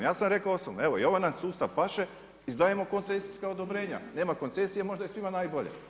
Ja sam rekao osobno evo i ovaj nam sustav paše, izdajemo koncesijaka odobrenja, nema koncesije možda je svima najbolje.